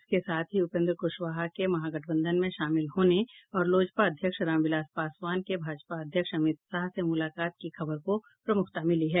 इसके साथ ही उपेन्द्र कुशवाह के महागठबंधन में शामिल होने और लोजपा अध्यक्ष रामविलास पासवान के भाजपा अध्यक्ष अमित शाह से मुलाकात की खबर को प्रमुखता मिली है